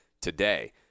today